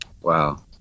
Wow